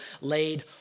laid